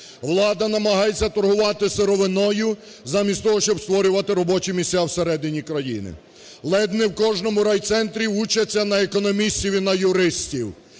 Влада намагається торгувати сировиною замість того, щоб створювати робочі місця всередині країні. Ледь не в кожному райцентрі учаться на економістів і на юристів.